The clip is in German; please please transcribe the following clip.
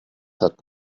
hat